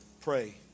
pray